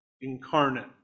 incarnate